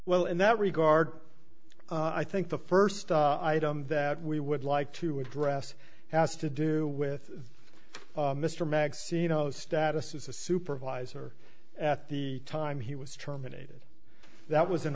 well in that regard i think the first item that we would like to address has to do with mr mack senos status as a supervisor at the time he was terminated that was an